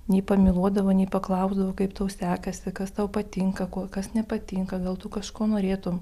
nei pamyluodavo nei paklausdavo kaip tau sekasi kas tau patinka ko kas nepatinka gal tu kažko norėtum